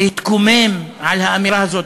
להתקומם על האמירה הזאת.